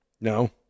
No